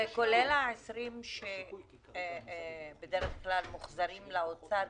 זה כולל ה-20 שבדרך כלל מוחזרים לאוצר,